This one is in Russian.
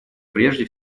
прежде